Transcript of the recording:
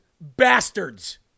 bastards